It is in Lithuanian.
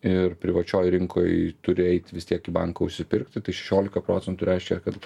ir privačioj rinkoj turi eit vis tiek į banką užsipirkti tai šešiolika procentų reiškia kad